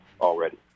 already